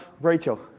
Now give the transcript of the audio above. Rachel